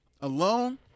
alone